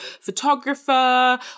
photographer